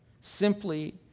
simply